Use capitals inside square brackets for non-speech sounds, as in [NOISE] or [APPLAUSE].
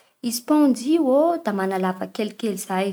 [NOISE] I spaonjy iô da mana lavaky kelikely izay.